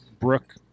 Brooke